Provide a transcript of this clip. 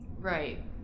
Right